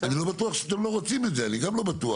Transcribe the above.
אני לא בטוח שאתם לא רוצים את זה אני גם לא בטוח.